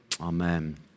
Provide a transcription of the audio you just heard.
Amen